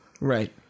Right